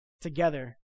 together